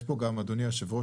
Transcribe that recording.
אדוני היושב-ראש,